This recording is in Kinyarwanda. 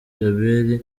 djabel